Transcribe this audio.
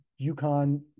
UConn